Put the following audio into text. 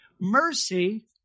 Mercy